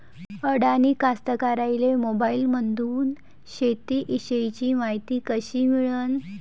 अडानी कास्तकाराइले मोबाईलमंदून शेती इषयीची मायती कशी मिळन?